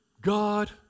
god